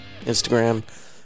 Instagram